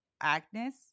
Agnes